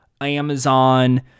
Amazon